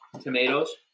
tomatoes